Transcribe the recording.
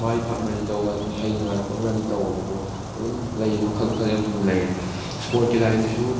ꯃꯥꯏ ꯄꯥꯛꯅꯉꯥꯏꯗꯤ ꯇꯧ ꯑꯗꯨꯝ ꯍꯩꯅꯉꯥꯏ ꯈꯣꯠꯅꯉꯥꯏꯗꯤ ꯇꯧꯋꯦꯕꯀꯣ ꯑꯗꯨꯝ ꯂꯩ ꯃꯈꯜ ꯃꯈꯜ ꯃꯌꯥꯝꯁꯨ ꯂꯩꯔꯦ ꯏꯁꯄꯣꯔꯠꯀꯣ ꯂꯥꯏꯟꯗꯁꯨ